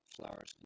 flowers